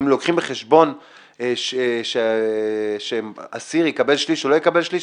אם הם מביאים בחשבון שאסיר יקבל שליש או לא יקבל שליש,